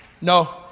No